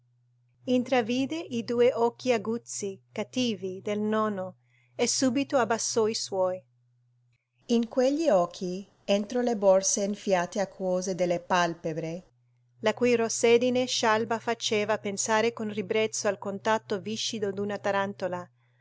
intravide i due occhi aguzzi cattivi del nonno e subito abbassò i suoi in quegli occhi entro le borse enfiate acquose delle palpebre la cui rossedine scialba faceva pensare con ribrezzo al contatto viscido d'una tarantola